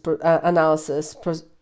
analysis